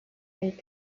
del